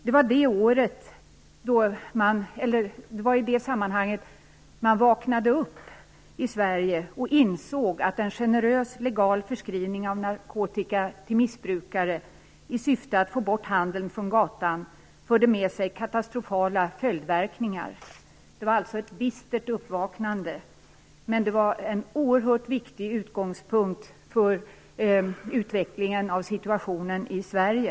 Det var i det sammanhanget som man i Sverige vaknade upp och insåg att en generös legal förskrivning av narkotika till missbrukare i syfte att få bort handeln från gatan fick katastrofala följdverkningar. Det var alltså ett bistert uppvaknande, men det var en oerhört viktig utgångspunkt för utvecklingen av situationen i Sverige.